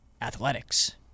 Athletics